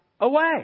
away